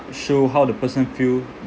show how the person feel